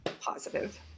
positive